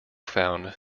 found